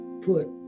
put